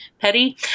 petty